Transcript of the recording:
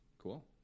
Cool